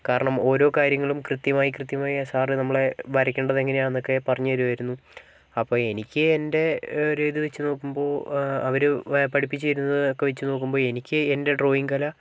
കാരണം ഓരോ കാര്യങ്ങളും കൃത്യമായി കൃത്യമായി ആ സാർ നമ്മളെ വരയ്ക്കേണ്ടത് എങ്ങനെ ആണെന്നൊക്കെ പറഞ്ഞു തരുമായിരുന്നു അപ്പം എനിക്ക് എൻ്റെ ഒരു ഇത് വച്ചു നോക്കുമ്പോൾ അവരു പഠിപ്പിച്ചു തരുന്നതൊക്കെ വച്ചു നോക്കുമ്പോൾ എനിക്ക് എൻ്റെ ഡ്രോയിങ്ങ് കല